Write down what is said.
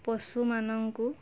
ପଶୁମାନଙ୍କୁ